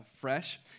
fresh